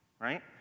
right